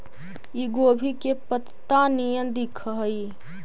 इ गोभी के पतत्ता निअन दिखऽ हइ